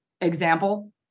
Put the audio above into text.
Example